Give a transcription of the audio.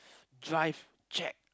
drive check